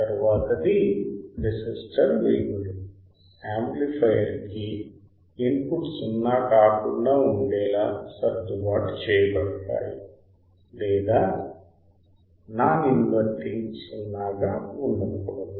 తరువాతది రెసిస్టర్ విలువలు యాంప్లిఫయర్ కి ఇన్పుట్ 0 కాకుండా ఉండేలా సర్దుబాటు చేయబడతాయి లేదా నాన్ ఇంవర్టింగ్ 0 గా ఉండకూడదు